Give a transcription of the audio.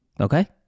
okay